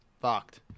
fucked